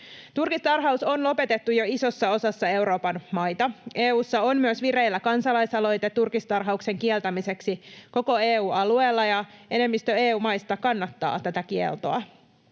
Turkistarhaus on lopetettu jo isossa osassa Euroopan maita. EU:ssa on myös vireillä kansalaisaloite turkistarhauksen kieltämiseksi koko EU-alueella, ja enemmistö EU-maista kannattaa tätä kieltoa.